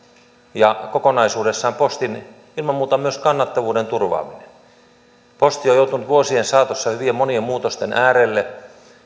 ja kokonaisuudessaan postin ilman muuta myös kannattavuuden turvaaminen posti on joutunut vuosien saatossa hyvin monien muutosten äärelle